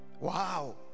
Wow